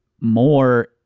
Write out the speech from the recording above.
more